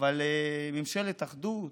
אבל ממשלת אחדות,